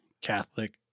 Catholic